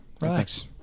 Relax